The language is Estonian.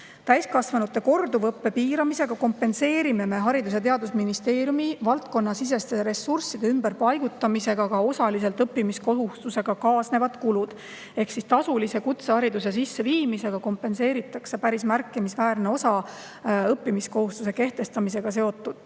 Täiskasvanute korduvõppe piiramisega kompenseerime Haridus- ja Teadusministeeriumi valdkonna siseste ressursside ümberpaigutamisega ka osaliselt õppimiskohustusega kaasnevad kulud. Ehk siis tasulise kutsehariduse sisseviimisega kompenseeritakse päris märkimisväärne osa õppimiskohustuse kehtestamisega seotud